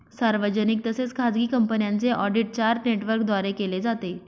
सार्वजनिक तसेच खाजगी कंपन्यांचे ऑडिट चार नेटवर्कद्वारे केले जाते